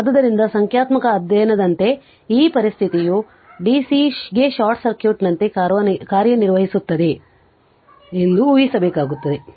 ಆದ್ದರಿಂದ ಸಂಖ್ಯಾತ್ಮಕ ಅಧ್ಯಯನದಂತೆ ಈ ಪರಿಸ್ಥಿತಿಯು dc ಗೆ ಶಾರ್ಟ್ ಸರ್ಕ್ಯೂಟ್ನಂತೆ ಕಾರ್ಯನಿರ್ವಹಿಸುತ್ತದೆ ಎಂದು ಊಹಿಸಬೇಕಾಗುತ್ತದೆ